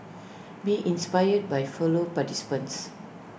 be inspired by follow participants